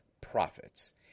profits